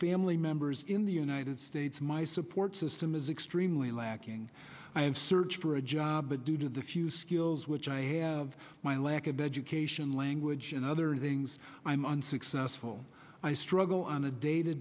family members in the united states my support system is extremely lacking i have searched for a job but due to the few skills which i have my lack of education language and other things i am unsuccessful i struggle on a day to